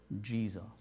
Jesus